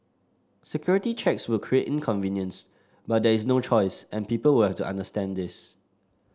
security checks will create inconvenience but there is no choice and people will have to understand this